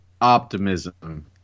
optimism